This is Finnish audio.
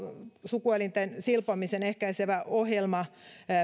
sukuelinten silpomista ehkäisevä ohjelma